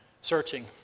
searching